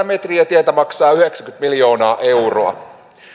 metriä tietä maksaa yhdeksänkymmentä miljoonaa euroa